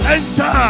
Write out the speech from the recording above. Enter